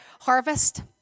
harvest